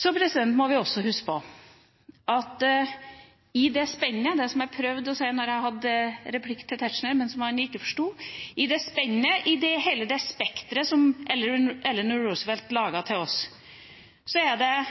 Vi må også huske på at i det spennet – det som jeg prøvde å si da jeg hadde replikk til Tetzschner, men som han ikke forsto – og i hele det spekteret som Eleanor Roosevelt laget til oss, er det